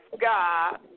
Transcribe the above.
God